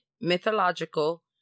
mythological